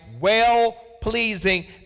well-pleasing